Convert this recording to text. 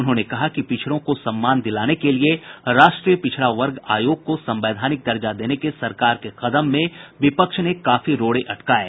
उन्होंने कहा कि पिछडों को सम्मान दिलाने के लिए राष्ट्रीय पिछडा वर्ग आयोग को संवैधानिक दर्जा देने के सरकार के कदम में विपक्ष ने काफी रोड़े अटकाये